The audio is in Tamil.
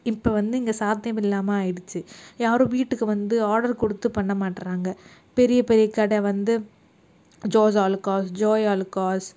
இப்போ வந்து இங்கே சாத்தியம் இல்லாமல் ஆகிடுச்சி யாரும் வீட்டுக்கு வந்து ஆடர் கொடுத்து பண்ண மாட்றாங்க பெரிய பெரிய கடை வந்து ஜோஸ் ஆலுக்காஸ் ஜோய் ஆலுக்காஸ்